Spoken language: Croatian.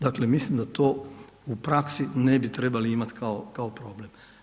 Dakle mislim da to u praksi ne bi trebali imati kao problem.